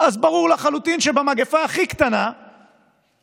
אז ברור לחלוטין שבמגפה הכי קטנה אנחנו